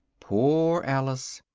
poor alice!